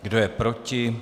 Kdo je proti?